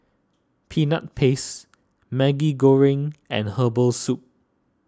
Peanut Paste Maggi Goreng and Herbal Soup